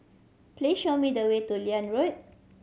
please show me the way to Liane Road